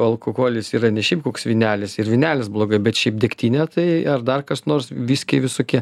alkoholis yra ne šiaip koks vynelis ir vynelis blogai bet šiaip degtinė tai ar dar kas nors viskiai visokie